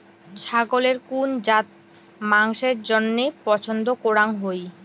ছাগলের কুন জাত মাংসের জইন্য পছন্দ করাং হই?